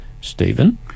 Stephen